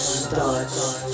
starts